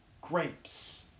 grapes